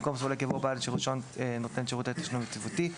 במקום "סולק" יבוא "בעל רישיון נותן שירותי תשלום יציבותי".